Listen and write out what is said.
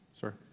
sir